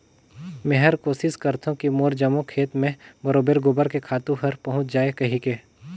मेहर कोसिस करथों की मोर जम्मो खेत मे बरोबेर गोबर के खातू हर पहुँच जाय कहिके